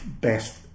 best